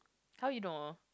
how you know